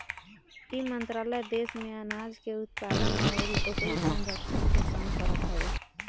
इ मंत्रालय देस में आनाज के उत्पादन अउरी ओकरी संरक्षण के काम करत हवे